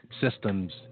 systems